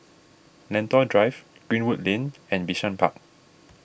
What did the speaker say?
Lentor Drive Greenwood Lane and Bishan Park